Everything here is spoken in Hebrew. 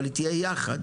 אבל היא תהיה יחד.